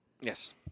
Yes